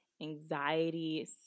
anxiety